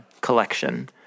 collection